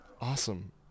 Awesome